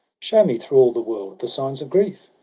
show me through all the world the signs of grief!